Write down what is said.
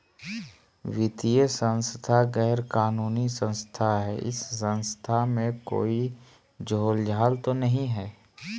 वित्तीय संस्था गैर कानूनी संस्था है इस संस्था में कोई झोलझाल तो नहीं है?